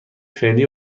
فعلی